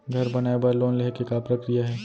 घर बनाये बर लोन लेहे के का प्रक्रिया हे?